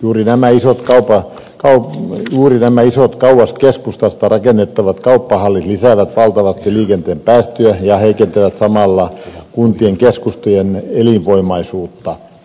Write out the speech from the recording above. juuri nämä isot kauas keskustasta rakennettavat kauppahallit lisäävät valtavasti liikenteen päästöjä ja heikentävät samalla kuntien keskustojen elinvoimaisuutta